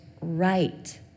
right